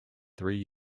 three